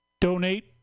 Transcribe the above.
donate